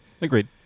agreed